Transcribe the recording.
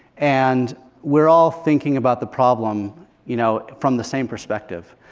and we're all thinking about the problem you know from the same perspective.